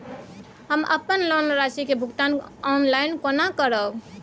हम अपन लोन राशि के भुगतान ऑनलाइन केने करब?